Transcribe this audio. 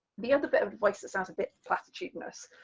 the other bit of the voice that sounds a bit platitudinous,